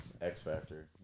X-Factor